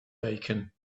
bacon